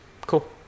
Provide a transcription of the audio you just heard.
Cool